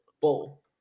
Bowl